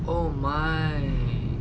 oh my